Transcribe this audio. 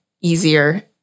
easier